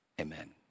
Amen